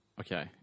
Okay